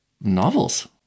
novels